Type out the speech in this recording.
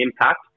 impact